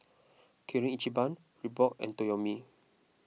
Kirin Ichiban Reebok and Toyomi